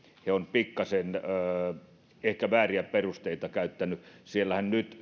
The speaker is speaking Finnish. he ovat ehkä pikkasen vääriä perusteita käyttäneet siellähän nyt